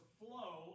flow